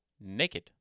naked